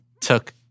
Took